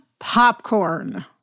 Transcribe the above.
popcorn